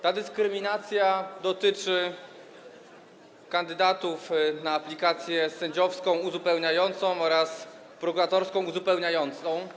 Ta dyskryminacja dotyczy kandydatów na aplikację sędziowską uzupełniającą oraz prokuratorską uzupełniającą.